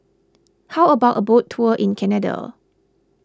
how about a boat tour in Canada